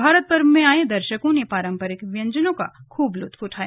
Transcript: भारत पर्व में आये दर्शकों ने पारम्परिक व्यंजनों का खूब लुत्फ उठाया